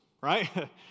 right